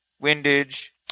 windage